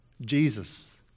Jesus